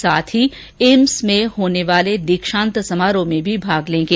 साथ ही एम्स में होने वाले दीक्षांत समारोह में भी भाग लेंगे